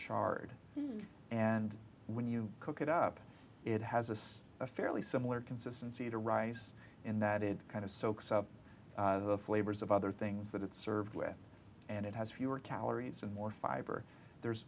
chard and when you cook it up it has a sense a fairly similar consistency to rice in that it kind of soaks up the flavors of other things that it's served with and it has fewer calories and more fiber there's